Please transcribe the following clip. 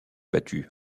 battu